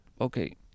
okay